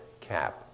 cap